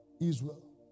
Israel